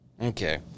Okay